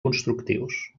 constructius